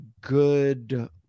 good